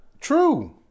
True